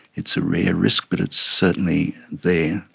it's a rare risk but it's certainly there.